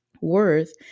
worth